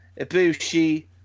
Ibushi